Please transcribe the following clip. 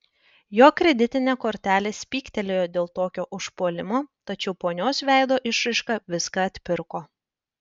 jo kreditinė kortelė spygtelėjo dėl tokio užpuolimo tačiau ponios veido išraiška viską atpirko